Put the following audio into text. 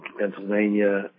Pennsylvania